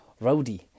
rowdy